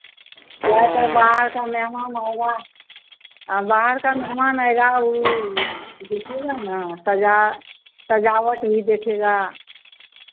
काहे तो बाहर का मेहमान आएगा बाहर का मेहमान आएगा वो देखेगा ना सजा सजावट भी देखेगा